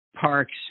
parks